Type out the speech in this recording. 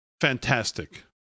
fantastic